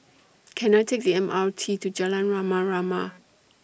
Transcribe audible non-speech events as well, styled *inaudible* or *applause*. Can I Take The M R T to Jalan *noise* Rama Rama